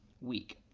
week